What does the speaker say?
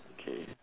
okay